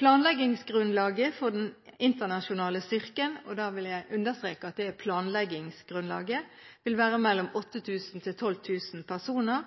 Planleggingsgrunnlaget for den internasjonale styrken – og da vil jeg understreke at det er planleggingsgrunnlaget – vil være mellom 8 000 og 12 000 personer